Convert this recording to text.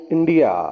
India